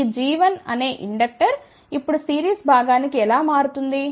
ఈ g1అనే ఇండక్టర్ ఇప్పుడు సిరీస్ భాగానికి ఎలా మారుతుంది